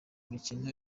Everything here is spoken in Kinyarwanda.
mikino